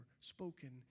spoken